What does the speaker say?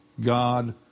God